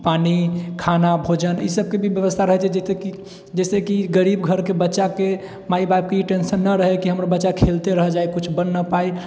पानि खाना भोजन ई सबके भी व्यवस्था रहैत छै जाहिसँ कि गरीब घरके बच्चाके माए बापके ई टेन्शन नहि रहए कि हमर बच्चाके खेलते रह जाएत किछु बन नहि पाओत